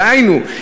דהיינו,